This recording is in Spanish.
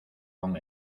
con